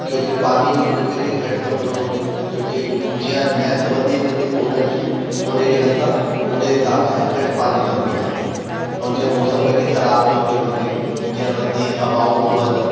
क्योकि पाणी बि उन्हनि खे वरी घटि खपंदो हूंदो क्योकि जीअं लैंथ वधीक हूंदी पौधनि जी उन खे असां उन हिसाब सां घटि पाणी लॻंदो असांजो ऐं जीअं मौसम कॾहिं ख़राबु थो थी वञे जीअं वधीक हवाऊं थियूं हलनि